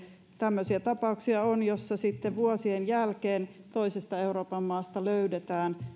tämmöisiä tapauksia on että sitten vuosien jälkeen toisesta euroopan maasta löydetään